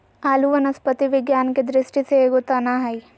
आलू वनस्पति विज्ञान के दृष्टि से एगो तना हइ